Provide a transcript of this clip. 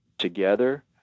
Together